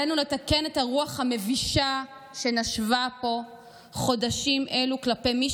עלינו לתקן את הרוח המבישה שנשבה פה בחודשים אלו כלפי מי